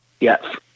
yes